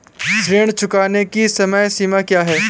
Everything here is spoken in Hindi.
ऋण चुकाने की समय सीमा क्या है?